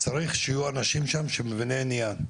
צריך שיהיו שם אנשים שהם מבינים עניין.